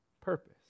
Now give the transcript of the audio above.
purpose